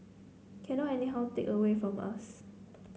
cannot anyhow take away from us